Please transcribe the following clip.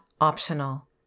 optional